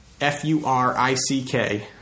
F-U-R-I-C-K